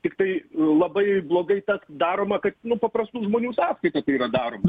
tiktai labai blogai tas daroma kad nu paprastų žmonių sąskaita tai yra daroma